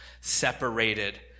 separated